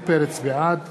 בעד